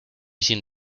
sin